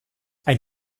ein